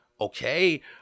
okay